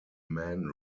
man